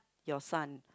your son